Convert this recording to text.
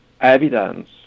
evidence